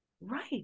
right